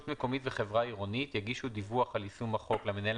מקומית וחברה עירונית יגישו דיווח על יישום החוק למנהל